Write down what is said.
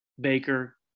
Baker